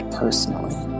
personally